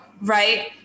right